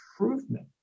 improvement